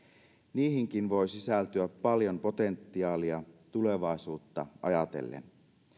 niihinkin voi sisältyä paljon potentiaalia tulevaisuutta ajatellen